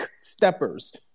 steppers